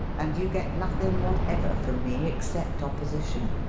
and you get nothing whatever from me except opposition.